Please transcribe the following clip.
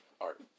art